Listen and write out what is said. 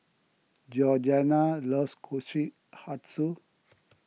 Georganna loves Kushikatsu